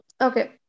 Okay